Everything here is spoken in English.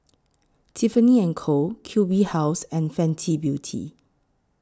Tiffany and Co Q B House and Fenty Beauty